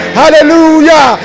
hallelujah